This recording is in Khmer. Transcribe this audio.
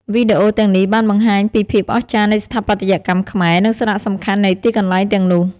វីដេអូទាំងនេះបានបង្ហាញពីភាពអស្ចារ្យនៃស្ថាបត្យកម្មខ្មែរ និងសារៈសំខាន់នៃទីកន្លែងទាំងនោះ។